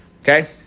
Okay